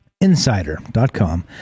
insider.com